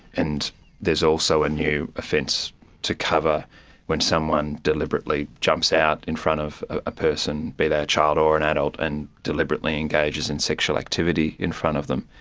and there is also a new offence to cover when someone deliberately jumps out in front of a person, be they a child or an adult, and deliberately engages in sexual activity in front of them.